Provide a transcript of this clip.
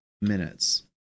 minutes